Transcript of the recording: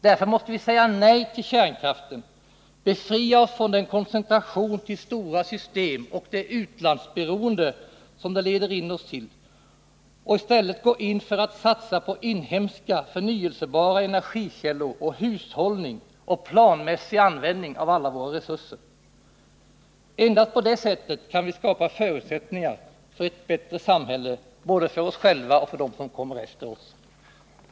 Därför måste vi säga nej till kärnkraften, befria oss från den koncentration till stora system och det utlandsberoende som den medför och satsa på inhemska, förnyelsebara energikällor, på hushållning och på planmässig användning av alla våra resurser. Endast så kan vi skapa förutsättningar för ett bättre samhälle både för oss själva och för dem som kommer efter OSS.